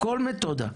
כל מתודה,